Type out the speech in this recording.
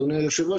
אדוני היושב ראש,